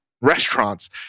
restaurants